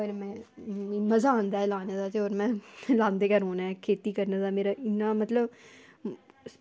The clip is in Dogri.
पर में मज़ा आंदा एह् लानै गी की एह् लांदे गै रौह्ना ऐ ते मेरा मतलब